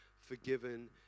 forgiven